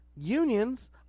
Unions